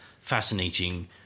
fascinating